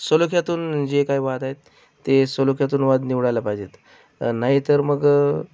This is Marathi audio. सलोख्यातून जे काही वाद आहेत ते सलोख्यातून वाद निवडायला पाहिजेत नाही तर मग